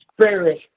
spirit